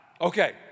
Okay